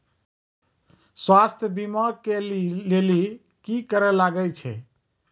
स्वास्थ्य बीमा के लेली की करे लागे छै?